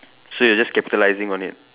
so you're just capitalising on it